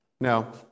Now